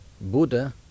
Buddha